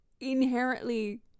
inherently